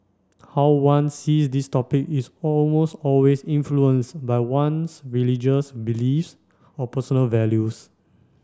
how one sees these topic is almost always influenced by one's religious beliefs or personal values